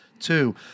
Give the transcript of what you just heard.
Two